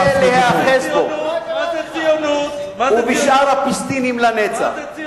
שהוא רוצה להיאחז בו ובשאר הפיסטינים לנצח.